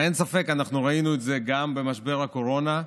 הרי אין ספק, אנחנו ראינו את זה גם במשבר הקורונה,